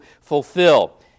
fulfill